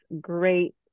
great